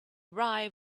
rye